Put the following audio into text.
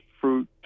fruit